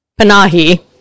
Panahi